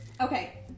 Okay